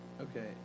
Okay